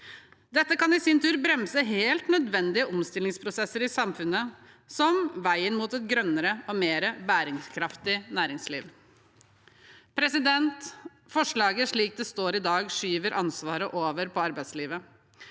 Dette kan i sin tur bremse helt nødvendige omstillingsprosesser i samfunnet, som veien mot et grønnere og mer bærekraftig næringsliv. Forslaget, slik det står i dag, skyver ansvaret over på arbeidslivet.